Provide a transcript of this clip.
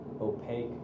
opaque